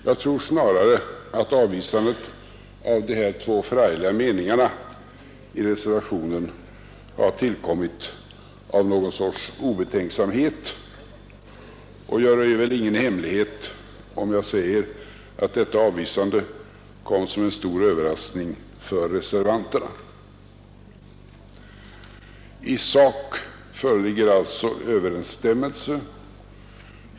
Jag tror snarare att de två förargliga meningarna i reservationen har avvisats av någon sorts obetänksamhet, och jag röjer väl ingen hemlighet om jag säger att detta avvisande kom som en stor överraskning I sak föreligger alltså överensstämmelse.